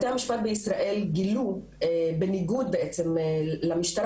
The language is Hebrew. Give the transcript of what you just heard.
בתי המשפט בישראל גילו בניגוד למשטרה,